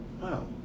Wow